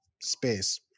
space